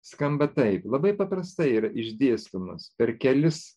skamba taip labai paprastai yra išdėstymas per kelis